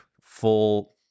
full